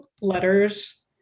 letters